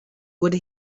would